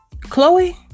Chloe